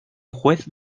juez